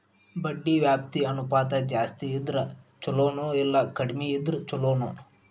ಬಡ್ಡಿ ವ್ಯಾಪ್ತಿ ಅನುಪಾತ ಜಾಸ್ತಿ ಇದ್ರ ಛಲೊನೊ, ಇಲ್ಲಾ ಕಡ್ಮಿ ಇದ್ರ ಛಲೊನೊ?